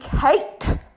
Kate